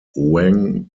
wang